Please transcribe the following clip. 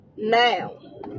Now